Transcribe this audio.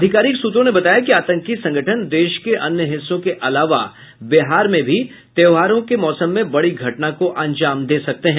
अधिकारिक सूत्रों ने बताया कि आतंकी संगठन देश के अन्य हिस्सों के अलावा बिहार में भी त्योहारों पर बड़ी घटना को अंजाम दे सकते हैं